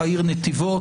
נתיבות.